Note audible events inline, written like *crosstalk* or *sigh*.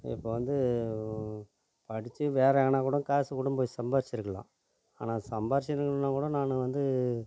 இப்போ வந்து படிச்சு வேறு எங்கேனா கூட காசு கூட போய் சம்பாதிச்சிருக்கலாம் ஆனால் சம்பாதிச்சு *unintelligible* கூட நான் வந்து